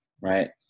right